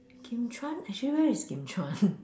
Kim-Chuan actually where is Kim-Chuan